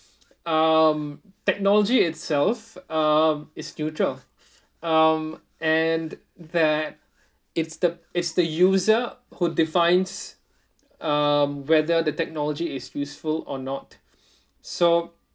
um technology itself um is future um and that it's the it's the user who defines um whether the technology is useful or not so